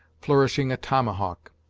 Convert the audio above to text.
flourishing a tomahawk.